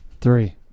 Three